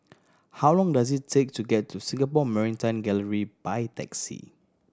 how long does it take to get to Singapore Maritime Gallery by taxi